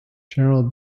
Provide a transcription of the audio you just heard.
general